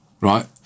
right